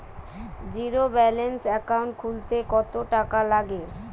Zero balance account খুলতে কত টাকা লাগে?